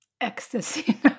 ecstasy